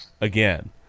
again